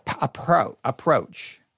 Approach